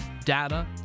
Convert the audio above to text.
data